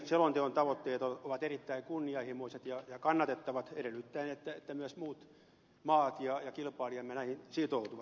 selonteon tavoitteet ovat erittäin kunnianhimoiset ja kannatettavat edellyttäen että myös muut maat ja kilpailijamme näihin sitoutuvat